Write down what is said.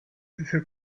the